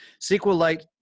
SQLite